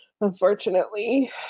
unfortunately